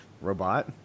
Robot